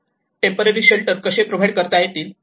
temporary shelter कसे provide करता येतील